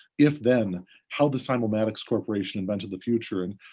if then how the simulmatics corporation invented the future and,